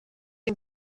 den